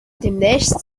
demnächst